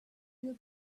will